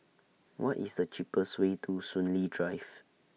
What IS The cheapest Way to Soon Lee Drive